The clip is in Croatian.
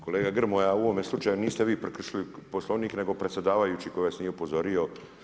Kolega Grmoja, u ovome slučaju niste vi prekršili Poslovnik nego predsjedavajući koji vas nije upozorio.